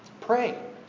Pray